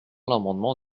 l’amendement